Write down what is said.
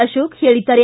ಅಶೋಕ್ ಹೇಳಿದ್ದಾರೆ